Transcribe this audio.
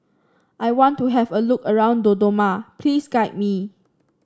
I want to have a look around Dodoma please guide me